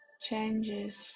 changes